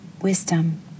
wisdom